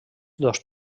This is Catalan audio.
dos